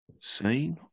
seen